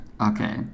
Okay